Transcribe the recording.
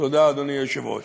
תודה, אדוני היושב-ראש.